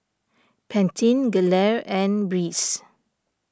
Pantene Gelare and Breeze